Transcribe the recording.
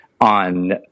on